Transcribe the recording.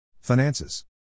Finances